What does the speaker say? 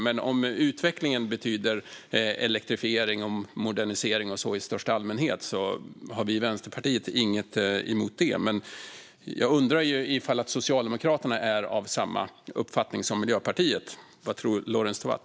Men om utveckling betyder elektrifiering och modernisering i största allmänhet har vi i Vänsterpartiet inget emot det. Jag undrar dock ifall Socialdemokraterna är av samma uppfattning som Miljöpartiet. Vad tror Lorentz Tovatt?